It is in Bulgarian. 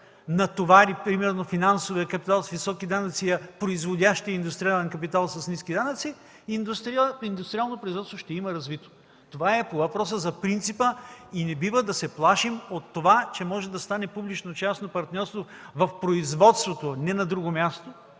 натовари примерно финансовия капитал с високи данъци, а произвеждащия индустриален капитал – с ниски данъци, ще има развито индустриално производство. Това е по въпроса за принципа и не бива да се плашим от това, че може да стане публично частно партньорство в производството, не на друго място.